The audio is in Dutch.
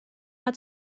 het